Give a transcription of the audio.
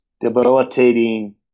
debilitating